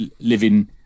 living